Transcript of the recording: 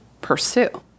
pursue